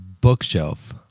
bookshelf